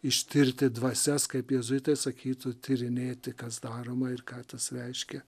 ištirti dvasias kaip jėzuitai sakytų tyrinėti kas daroma ir ką tas reiškia